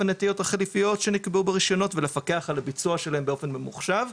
הנטיעות שנקבעו ברישיונות ולפקח על הביצוע שלהם באופן ממוחשב.